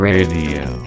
Radio